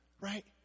right